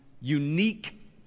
unique